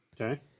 Okay